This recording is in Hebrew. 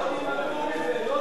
נתקבלה.